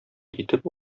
итеп